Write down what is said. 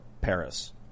Paris